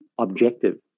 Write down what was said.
objective